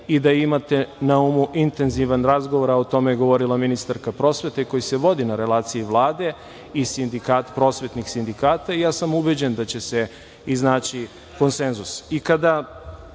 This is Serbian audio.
i da imate na umu intenzivan razgovor, a o tome je govorila ministarka prosvete, koji se vodi na relaciji Vlade i sindikat prosvetih sindikata i ja sam ubeđen da će se iznaći konsenzus. Kada